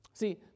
See